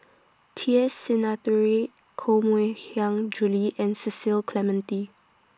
T S Sinnathuray Koh Mui Hiang Julie and Cecil Clementi